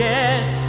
Yes